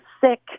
sick